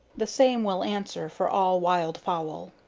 the same will answer for all wild fowl.